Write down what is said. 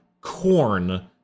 corn